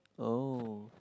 oh